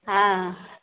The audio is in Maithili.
हँ